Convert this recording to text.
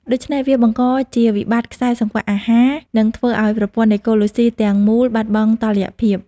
ដូច្នេះ វាបង្កជាវិបត្តិខ្សែសង្វាក់អាហារ និងធ្វើឲ្យប្រព័ន្ធអេកូឡូស៊ីទាំងមូលបាត់បង់តុល្យភាព។